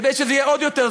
כדי שזה יהיה זול עוד יותר.